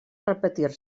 repetir